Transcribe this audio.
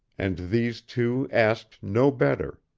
and these two asked no better,